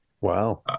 wow